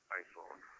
iPhone